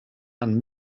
and